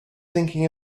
thinking